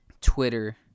Twitter